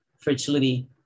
fertility